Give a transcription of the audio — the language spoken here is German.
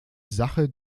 sache